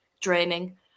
draining